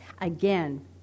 Again